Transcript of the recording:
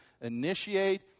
initiate